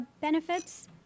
benefits